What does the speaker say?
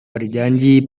berjanji